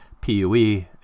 PUE